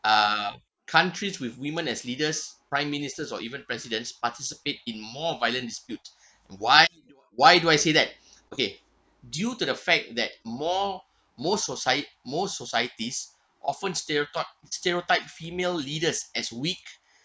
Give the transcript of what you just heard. uh countries with women as leaders prime ministers or even president's participate in more violent dispute why why do I say that okay due to the fact that more more socie~ more societies often stereotype stereotype female leaders as weak